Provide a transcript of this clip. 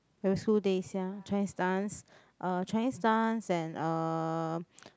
primary school days ya Chinese dance uh Chinese dance and um